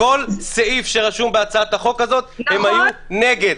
כל סעיף שרשום בהצעת החוק הזאת הם היו נגד.